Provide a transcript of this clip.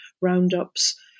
roundups